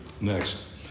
Next